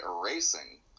erasing